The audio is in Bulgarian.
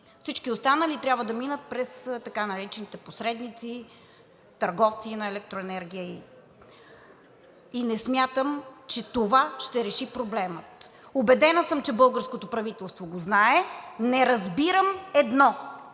Всички останали трябва да минат през така наречените посредници, търговци на електроенергия, и не смятам, че това ще реши проблема. Убедена съм, че българското правителство го знае. Не разбирам едно